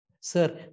Sir